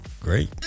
great